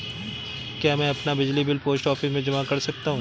क्या मैं अपना बिजली बिल पोस्ट ऑफिस में जमा कर सकता हूँ?